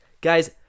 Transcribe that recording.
Guys